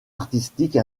artistique